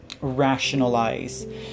rationalize